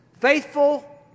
faithful